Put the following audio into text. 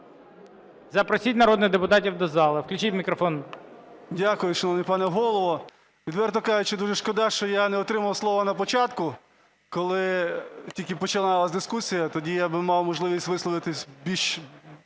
Запросіть народних депутатів до зали. Включіть мікрофон. 13:38:07 КНЯЗЕВИЧ Р.П. Дякую, шановний пане Голово. Відверто кажучи, дуже шкода, що я не отримав слова на початку, коли тільки починалась дискусія. Тоді я мав би можливість висловитись більш